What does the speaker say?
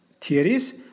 theories